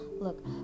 Look